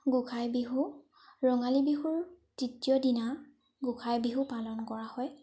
গোঁসাই বিহু ৰঙালী বিহুৰ তৃতীয় দিনা গোঁসাই বিহু পালন কৰা হয়